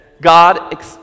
God